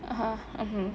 (uh huh) uh hmm